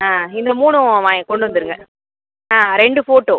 இந்த மூணும் வா கொண்டு வந்துருங்க ரெண்டு ஃபோட்டோ